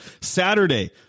Saturday